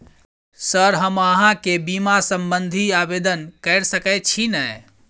Sir हम अहाँ केँ बीमा संबधी आवेदन कैर सकै छी नै?